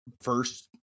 first